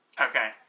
Okay